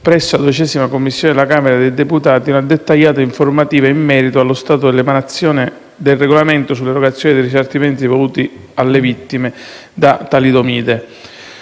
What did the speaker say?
presso la XII Commissione della Camera dei deputati, una dettagliata informativa in merito allo stato dell'emanazione del regolamento sull'erogazione del risarcimento dovuto alle vittime da talidomide.